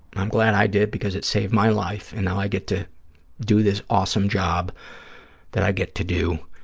i'm glad i did because it saved my life, and now i get to do this awesome job that i get to do,